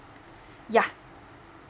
yeah